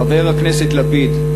חבר הכנסת לפיד,